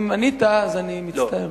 אם ענית, אני מצטער.